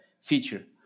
feature